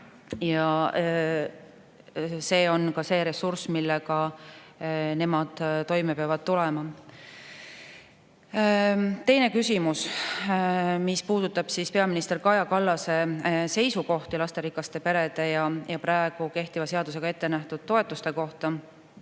ja see on see ressurss, millega nemad toime peavad tulema. Teine küsimus puudutab peaminister Kaja Kallase seisukohti lasterikaste perede ja seadusega ettenähtud toetuste kohta.